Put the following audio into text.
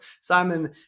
Simon